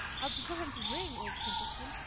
a bronze ring, old simpleton!